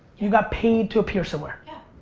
you got paid to appear somewhere. yeah.